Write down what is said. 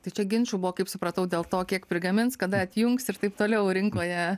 tai čia ginčų buvo kaip supratau dėl to kiek prigamins kada atjungs ir taip toliau rinkoje